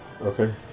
Okay